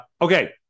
okay